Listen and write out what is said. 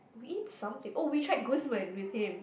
we eat something oh we tried Guzman with him